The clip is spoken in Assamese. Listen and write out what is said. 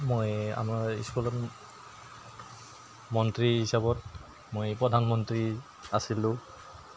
মই আমাৰ স্কুলত মন্ত্ৰী হিচাপত মই প্ৰধানমন্ত্ৰী আছিলোঁ